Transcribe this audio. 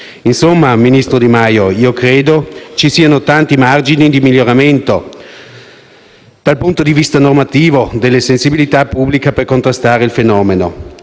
Insomma, ministro Di Maio, credo ci siano tanti margini di miglioramento dal punto di vista normativo e della sensibilità pubblica per contrastare il fenomeno.